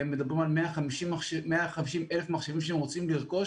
והם מדברים על 150,000 מחשבים שהם רוצים לרכוש.